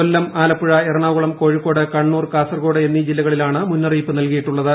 കൊല്ലം ആലപ്പുഴ എറണാകുളം കോഴിക്കോട് കാസർകോട് എന്നീ ജില്ലകളിലാണ് മുന്നറിയിപ്പ് കണ്ണൂർ നൽകിയിട്ടുള്ളത്